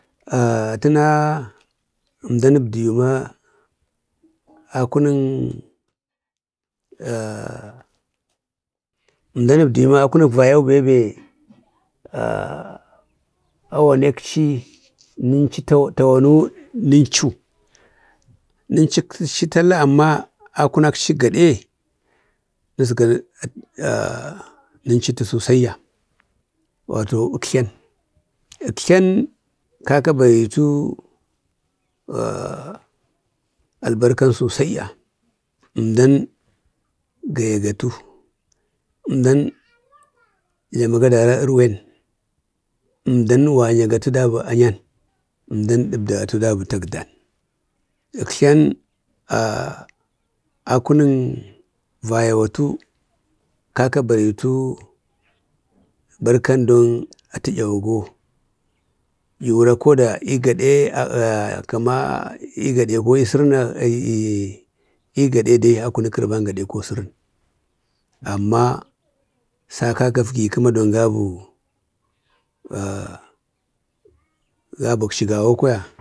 təna əmdan əbdiyu ma akunuŋ əmdan əbchiyu ma a kunuk vayau bewbe awa nekchi nunchi tawami, nunchi? Nunchuk tala amma a kunukchi gaɗe nazga nunchutu sosaiya. wato aktlan, əktlan kaka baritu albarkan sosaiya. əmdan gayagatu, əndan jlamaga dara ərwen, əmdan wanyagatu babu anyan, əndan ɗabdagatu dabu tagudan. əktlan akunuŋ vaya watu kaka baritu barkan don atu, yawago yuware koda i gaɗe kəma igade ko i sərən, igade dai a kunuŋ kərban gaɗe ko sərən. amma kaka agri kəma duwon gabuk chi gawa kwaya.